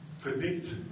predict